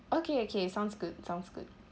okay okay sounds good sounds good